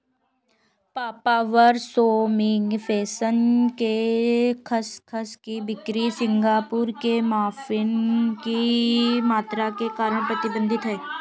papaver somniferum के खसखस की बिक्री सिंगापुर में मॉर्फिन की मात्रा के कारण प्रतिबंधित है